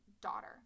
daughter